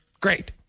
Great